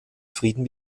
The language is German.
frieden